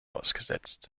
ausgesetzt